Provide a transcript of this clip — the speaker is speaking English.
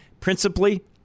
principally